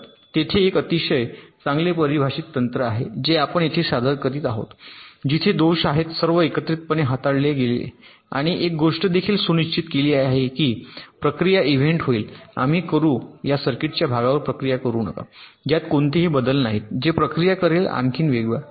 तेथे एक अतिशय चांगले परिभाषित तंत्र आहे जे आपण येथे सादर करीत आहोत जिथे दोष आहेत सर्व एकत्रितपणे हाताळले गेले आणि आणखी एक गोष्ट देखील सुनिश्चित केली की प्रक्रिया इव्हेंट होईल आम्ही करू सर्किटच्या भागांवर प्रक्रिया करू नका ज्यात कोणतेही बदल नाहीत जे प्रक्रिया करेल आणखी वेगवान